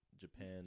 japan